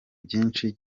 byinshi